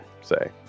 say